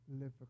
live